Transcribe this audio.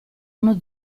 uno